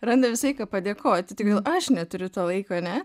randa visą laiką padėkoti tai kodėl aš neturiu to laiko ane